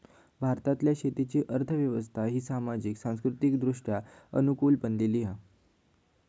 भारतातल्या शेतीची अर्थ व्यवस्था ही सामाजिक, सांस्कृतिकदृष्ट्या अनुकूल बनलेली हा